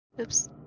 Oops